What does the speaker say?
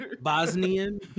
Bosnian